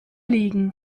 liegen